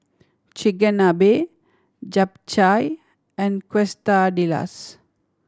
Chigenabe Japchae and Quesadillas